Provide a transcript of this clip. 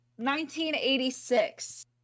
1986